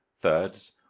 thirds